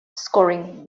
scoring